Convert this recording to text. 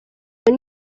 ubu